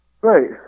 Right